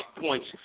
points